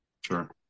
Sure